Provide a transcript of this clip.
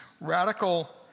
radical